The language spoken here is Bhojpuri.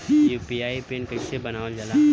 यू.पी.आई पिन कइसे बनावल जाला?